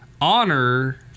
honor